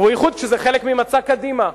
ובייחוד שזה חלק ממצע קדימה.